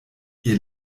ihr